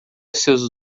seus